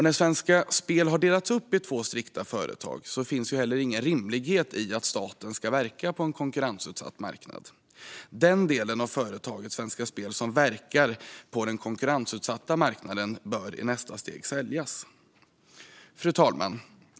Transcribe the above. När Svenska Spel har delats upp i två företag finns heller ingen rimlighet i att staten ska verka på en konkurrensutsatt marknad. Den del av företaget Svenska Spel som verkar på den konkurrensutsatta marknaden bör i nästa steg säljas. Fru talman!